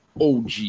OG